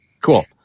Cool